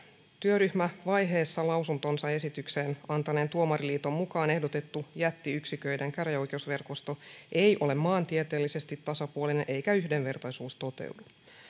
työryhmävaiheessa lausuntonsa esitykseen antaneen tuomariliiton mukaan ehdotettu jättiyksiköiden käräjäoikeusverkosto ei ole maantieteellisesti tasapuolinen eikä yhdenvertaisuus toteudu siinä